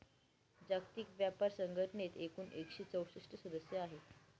जागतिक व्यापार संघटनेत एकूण एकशे चौसष्ट सदस्य आहेत